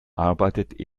arbeitet